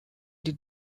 did